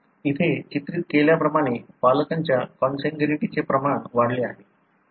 इथे चित्रित केल्याप्रमाणे पालकांच्या कॉन्सन्ग्यूनिटीचे प्रमाण वाढले आहे